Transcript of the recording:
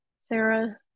Sarah